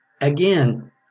again